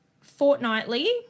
fortnightly